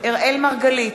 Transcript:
אראל מרגלית,